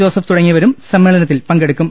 Joseph തുടങ്ങിയവരും സമ്മേളനത്തിൽ പങ്കെടുക്കും